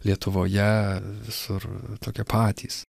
lietuvoje visur tokie patys